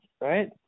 right